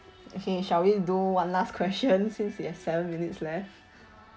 okay shall we do one last question since we have seven minutes left